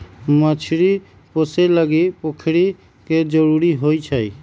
मछरी पोशे लागी पोखरि के जरूरी होइ छै